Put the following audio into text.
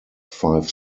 five